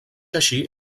així